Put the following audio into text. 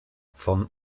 von